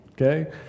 Okay